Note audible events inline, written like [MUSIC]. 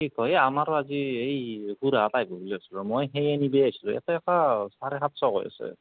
কি কয় আমাৰো আজি এই [UNINTELLIGIBLE] পায় বোলে গোৰেশ্বৰত মই সেয়া নিব আহিছিলোঁ ইয়াতে এটা চাৰে সাতশ কৈ আছে